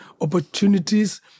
opportunities